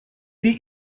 the